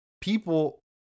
People